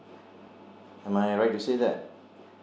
am I right to say that